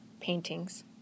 paintings